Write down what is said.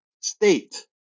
state